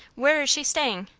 where is she staying?